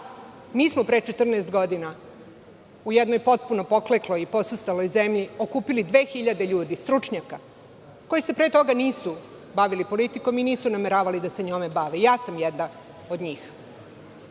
mi smo pre 14 godina u jednoj potpuno poklekloj i posustaloj zemlji okupili 2.000 ljudi stručnjaka, koji se pre toga nisu bavili politikom i nisu nameravali da se njome bave. Ja sam jedna od njih. Da,